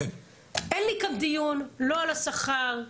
אין לי כאן דיון לא על השכר,